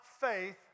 faith